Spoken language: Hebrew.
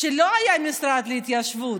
ולא היה משרד להתיישבות?